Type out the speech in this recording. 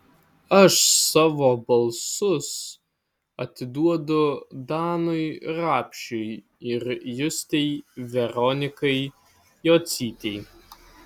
aš savo balsus atiduodu danui rapšiui ir justei veronikai jocytei